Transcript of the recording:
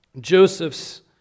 Joseph's